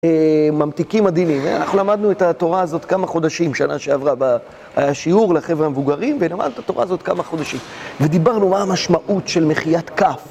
ממתיקים מדהימים, אנחנו למדנו את התורה הזאת כמה חודשים, שנה שעברה, היה שיעור לחבר'ה המבוגרים, ולמדנו את התורה הזאת כמה חודשים, ודיברנו מה המשמעות של מחיאתת כף.